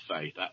faith